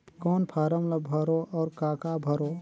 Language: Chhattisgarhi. कौन फारम ला भरो और काका भरो?